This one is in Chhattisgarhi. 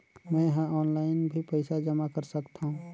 मैं ह ऑनलाइन भी पइसा जमा कर सकथौं?